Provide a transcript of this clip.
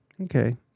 Okay